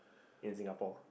in Singapore